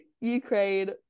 Ukraine